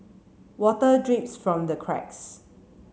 water drips from the cracks